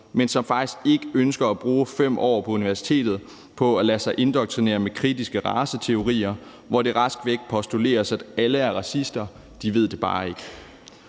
men som faktisk ikke ønsker at bruge 5 år på universitetet på at lade sig indoktrinere med kritiske raceteorier, hvor det raskvæk postuleres, at alle er racister, men at de bare ikke